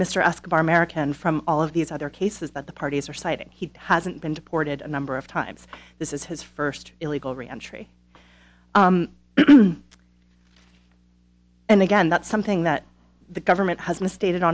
escobar merican from all of these other cases that the parties are citing he hasn't been deported a number of times this is his first illegal re entry and again that's something that the government has misstated